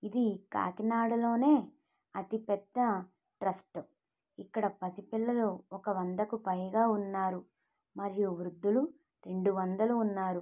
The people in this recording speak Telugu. ఇది కాకినాడలో అతి పెద్ద ట్రస్ట్ ఇక్కడ పసి పిల్లలు ఒక వందకు పైగా ఉన్నారు మరియు వృద్ధులు రెండు వందలు ఉన్నారు